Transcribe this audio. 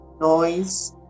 noise